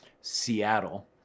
Seattle